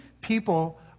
people